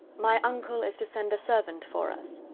my uncle is to send a servant for us.